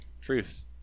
Truth